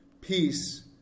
Peace